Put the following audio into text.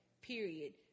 period